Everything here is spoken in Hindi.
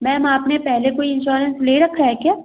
मैम आपने पहले कोई इन्श्योरेन्स ले रखा है क्या